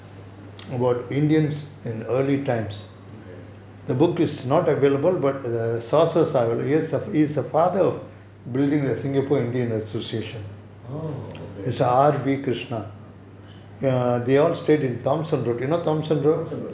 okay orh okay thomson road